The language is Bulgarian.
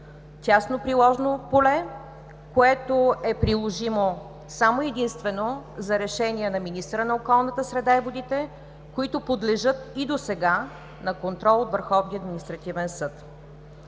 тясно приложно поле, което е приложимо само и единствено с решение на министъра на околната среда и водите, които подлежат и досега на контрол от Върховния административен съд.